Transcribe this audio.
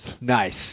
Nice